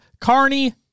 Carney